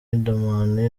riderman